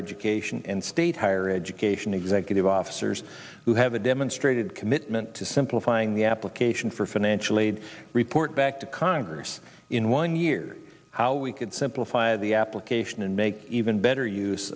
education and state higher education executive officers who have a demonstrated commitment to simplifying the application for financial aid report back to congress in one year how we could simplify the application and make even better use